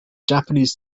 japanese